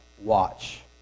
Watch